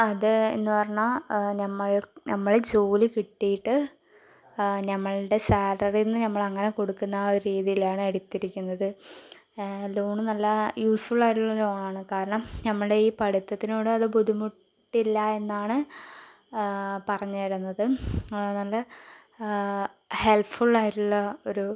അത് എന്ന് പറഞ്ഞാ നമ്മൾ ജോലി കിട്ടിയിട്ട് ഞങ്ങളുടെ സാലറിയിൽനിന്ന് ഞമ്മൾ അങ്ങനെ കൊടുക്കുന്ന ആ ഒരു രീതിയിലാണ് എടുത്തിരിക്കുന്നത് ലോൺ നല്ല യൂസ്ഫുൾ ആയിട്ടുള്ള ലോൺ ആണ് കാരണം ഞങ്ങളുടെ ഈ പഠിത്തത്തിനോട് അത് ബുദ്ധിമുട്ടില്ല എന്നാണ് പറഞ്ഞ് വരുന്നത് നല്ല ഹെൽപ്പ്ഫുൾ ആയിട്ടുള്ള ഒരു